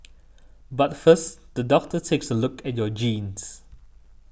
but first the doctor takes a look at your genes